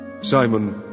Simon